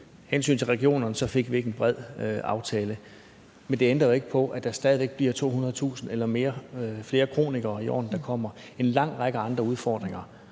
hensyn til regionerne fik vi ikke en bred aftale, men det ændrer ikke på, at der stadig væk bliver 200.000 eller flere kronikere i årene, der kommer, og der er en lang række andre udfordringer.